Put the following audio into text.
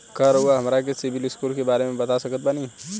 का रउआ हमरा के सिबिल स्कोर के बारे में बता सकत बानी?